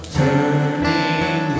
turning